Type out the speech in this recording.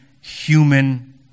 human